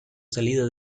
salida